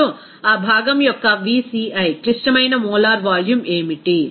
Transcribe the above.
ఇప్పుడు ఆ భాగం యొక్క Vci క్లిష్టమైన మోలార్ వాల్యూమ్ ఏమిటి